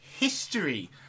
history